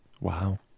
Wow